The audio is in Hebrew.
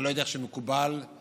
אני לא יודע מה מקובל בכלל,